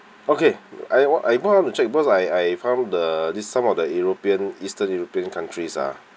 okay I I want to check because I I found the these some of the european eastern european countries ah